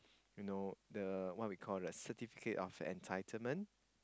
you know the what we call the Certificate of Entitlement